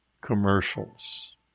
commercials